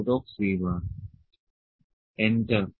L C3C enter